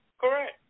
Correct